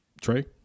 Trey